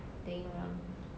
playing around